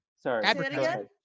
sorry